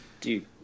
Dude